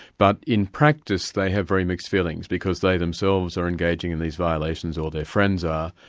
but in practice they have very mixed feelings, because they themselves are engaging in these violations, or their friends are,